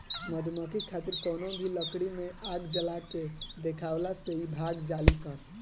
मधुमक्खी खातिर कवनो भी लकड़ी में आग जला के देखावला से इ भाग जालीसन